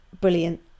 Brilliant